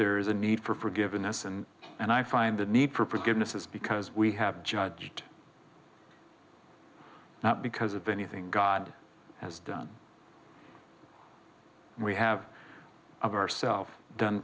there is a need for forgiveness and and i find the need for forgiveness is because we have judged not because of anything god has done we have of ourself done